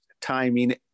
timing